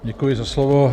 Děkuji za slovo.